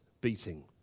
beating